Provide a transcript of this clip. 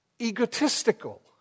egotistical